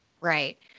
right